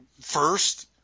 first